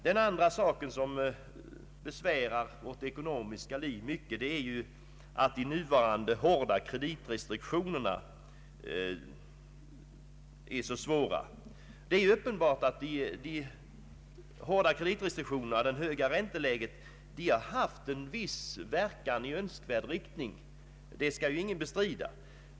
Den andra sak som besvärar vårt ekonomiska liv mycket är de nuvarande hårda kreditrestriktionerna. Det är uppenbart att de hårda kreditrestriktionerna och det höga ränteläget har haft en viss verkan i önskvärd riktning. Det skall ingen bestrida.